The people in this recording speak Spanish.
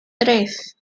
tres